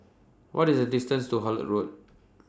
What IS The distance to Hullet Road